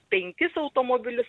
penkis automobilius